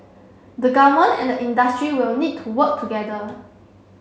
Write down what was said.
the government and the industry will need to work together